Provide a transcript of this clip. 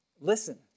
Listen